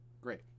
Great